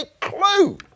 clue